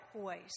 voice